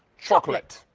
chocolate.